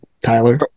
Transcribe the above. Tyler